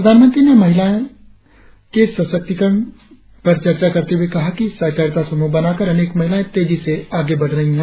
प्रधानमंत्री ने महिलाएं के सशक्तिकरण करते हुए कहा कि सहकारिता समूह बनाकर अनेक महिलाएं तेजी से आगे बढ़ रही है